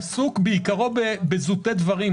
שעוסק בעיקרו בזוטי דברים.